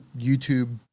YouTube